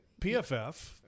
PFF